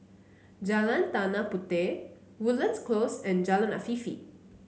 Jalan Tanah Puteh Woodlands Close and Jalan Afifi